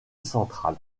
central